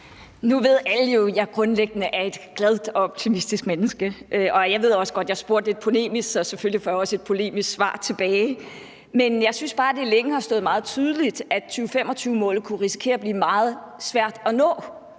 Nu ved alle jo, at jeg grundlæggende er et glad og optimistisk menneske, og jeg ved også godt, at jeg spurgte lidt polemisk, så selvfølgelig får jeg også et polemisk svar tilbage. Men jeg synes bare, at det længe har været meget tydeligt, at 2025-målet kunne risikere at blive meget svært at nå.